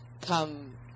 come